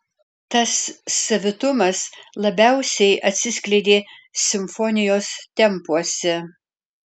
tas savitumas labiausiai atsiskleidė simfonijos tempuose